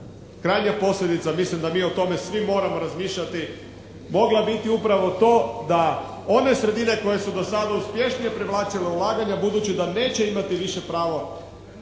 krajnja posljedica, mislim da mi o tome svi moramo razmišljati, mogla biti upravo to da one sredine koje su do sada uspješnije privlačile ulaganja budući da neće imati više pravo